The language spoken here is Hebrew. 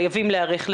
חייבים להיערך לזה.